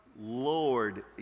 Lord